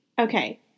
Okay